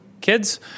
kids